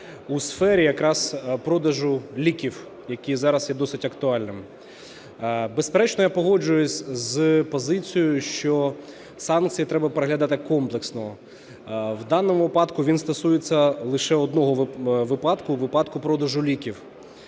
у сфері якраз продажу ліків, які зараз є досить актуальними. Безперечно, я погоджуюсь з позицією, що санкції треба переглядати комплексно. В даному випадку він стосується лише одного випадку – випадку продажу ліків.